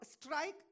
strike